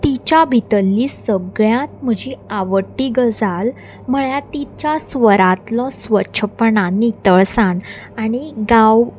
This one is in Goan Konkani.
तिच्या भितरली सगळ्यांत म्हजी आवडटी गजाल म्हळ्यार तिच्या स्वरांतलो स्वच्छपणान नितळसाण आनी गांव